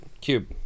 cube